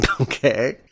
Okay